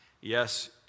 Yes